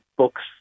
books